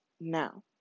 now